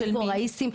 של מי?